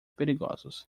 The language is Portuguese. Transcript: perigosos